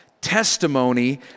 testimony